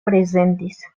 prezentis